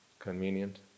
convenient